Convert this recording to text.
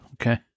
okay